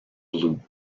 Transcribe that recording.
blue